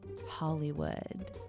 Hollywood